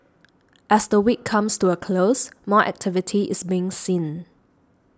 as the week comes to a close more activity is being seen